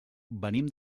venim